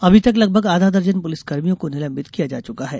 अभी तक लगभग आधा दर्जन पुलिसकर्मियों को निलंबित किया जा चुका है